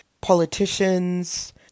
Politicians